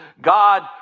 God